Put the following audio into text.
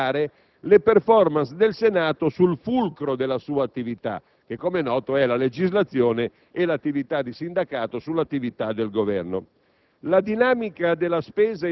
piuttosto che a migliorare le *performance* del Senato sul fulcro della sua attività (la legislazione e l'attività di sindacato sull'attività del Governo).